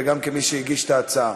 וגם כמי שהגיש את ההצעה,